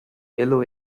yellow